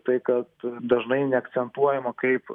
tai kad dažnai neakcentuojama kaip